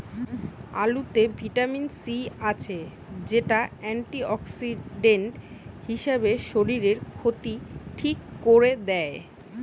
আলুতে vitamin C আছে, যেটা অ্যান্টিঅক্সিডেন্ট হিসাবে শরীরের ক্ষতি ঠিক কোরে দেয়